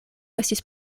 estis